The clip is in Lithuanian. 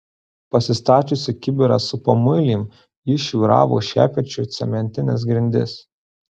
pasistačiusi kibirą su pamuilėm ji šiūravo šepečiu cementines grindis